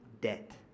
debt